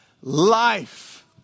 life